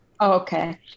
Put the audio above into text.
Okay